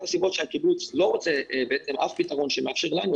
הסיבות שהקיבוץ לא רוצה אף פתרון שמאפשר לנו,